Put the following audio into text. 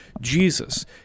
Jesus